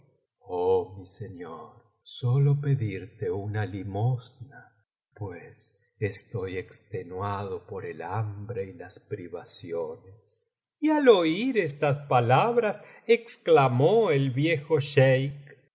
oh mise ñor sólo pedirte una limosna pues estoy extenuado por el hambre y las privaciones y al oir estas palabras exclamó el viejo